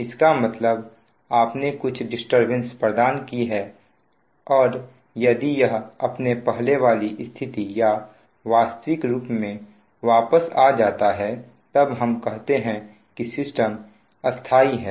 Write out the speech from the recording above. इसका मतलब आपने कुछ डिस्टरबेंस प्रदान की और यदि यह अपने पहले वाली स्थिति या वास्तविक रूप में वापस आ जाता है तब हम कहते हैं कि सिस्टम स्थाई है